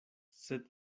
sed